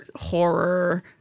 horror